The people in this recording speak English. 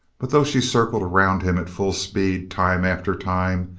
but though she circled around him at full speed time after time,